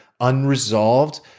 unresolved